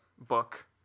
book